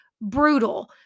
brutal